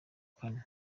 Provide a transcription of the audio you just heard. kane